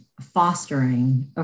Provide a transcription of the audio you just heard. fostering